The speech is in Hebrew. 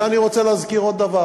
ואני רוצה להזכיר עוד דבר: